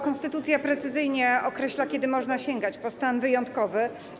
Konstytucja precyzyjnie określa, kiedy można sięgać po stan wyjątkowy.